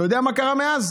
אתה יודע מה קרה מאז?